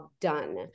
done